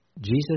Jesus